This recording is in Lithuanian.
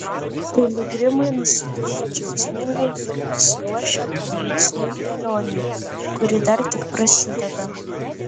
piligrimai nusiteikę džiaugsmingai ir pasiruošę tolimesnei kelionei kuri dar tik prasideda